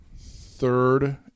third